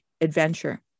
adventure